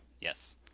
Yes